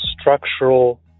structural